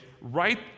right